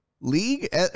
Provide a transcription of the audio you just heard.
League